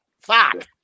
Fuck